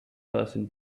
person